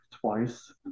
twice